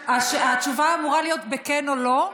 התשובה אמורה להיות כן או לא,